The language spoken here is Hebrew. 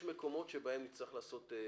יש מקומות שנצטרך לעשות בהם